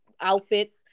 outfits